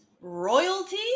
Royalty